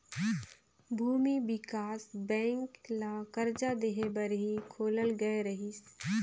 भूमि बिकास बेंक ल करजा देहे बर ही खोलल गये रहीस